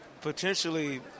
potentially